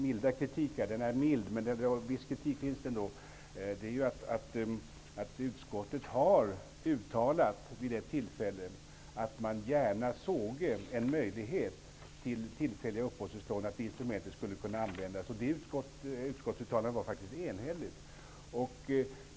Min kritik är mild, men det är ändå fråga om en viss kritik. Utskottet har vid ett tillfälle uttalat att man gärna såge en möjlighet till att utfärda tillfälliga uppehållstillstånd, att det instrumentet skulle kunna användas. Detta utskottsuttalande var enhälligt.